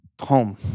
home